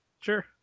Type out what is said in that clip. sure